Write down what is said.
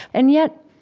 and yet,